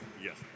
Yes